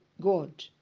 God